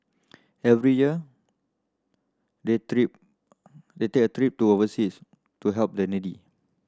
every year they take a trip to overseas to help the needy